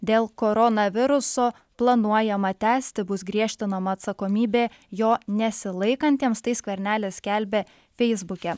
dėl koronaviruso planuojama tęsti bus griežtinama atsakomybė jo nesilaikantiems tai skvernelis skelbė feisbuke